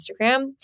Instagram